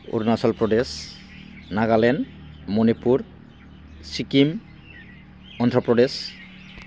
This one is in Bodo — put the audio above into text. अरुणाचल प्रदेश नागालेण्ड मनिपुर सिक्किम अन्ध्र प्रदेश